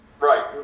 Right